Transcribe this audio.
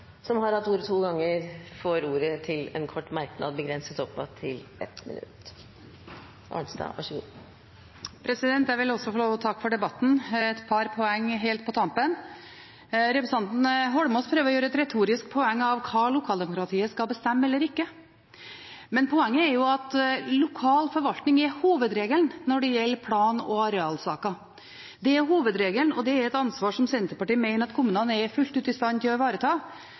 som vi gjorde i 1977, med en utvikling hvor det ble en dramatisk økning i snøscooterkjøringen, og vi på nytt må sette i gang med dramatiske og sterke innstramninger. Representanten Marit Arnstad har hatt ordet to ganger tidligere i debatten og får ordet til en kort merknad, begrenset til 1 minutt. Jeg vil også få lov til å takke for debatten. Et par poeng helt på tampen: Representanten Eidsvoll Holmås prøver å gjøre et retorisk poeng av hva lokaldemokratiet skal bestemme eller ikke. Men poenget er at lokal forvaltning er hovedregelen når det gjelder plan- og arealsaker. Det